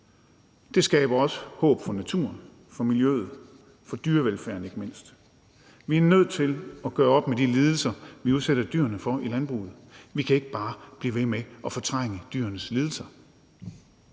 Det skaber også håb for naturen, for miljøet og for dyrevelfærden ikke mindst. Vi er nødt til at gøre op med de lidelser, vi udsætter dyrene for i landbruget. Vi kan ikke bare blive ved med at fortrænge dyrenes lidelser.